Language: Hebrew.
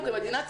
כמדינה,